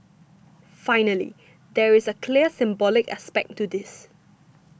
finally there is clearly a symbolic aspect to this